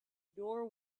nor